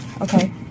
Okay